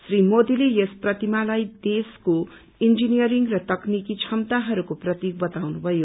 श्री मोदीले या प्रतिमालाई देशको इन्जिनियरिँग र तकनिकी क्षमताहरूको प्रतिक बताउनुभयो